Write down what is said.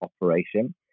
operation